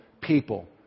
People